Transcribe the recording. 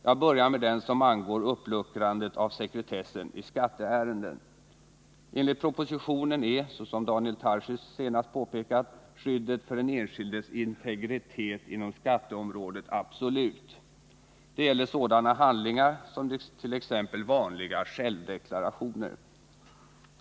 Jag börjar med den som angår uppluckrandet av sekretessen i skatteärenden. Enligt propositionen är, som Daniel Tarschys senast påpekat, skyddet för den enskildes integritet inom skatteområdet absolut. Det gäller sådana handlingar som t.ex. vanliga självdeklarationer.